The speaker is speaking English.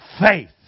faith